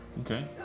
Okay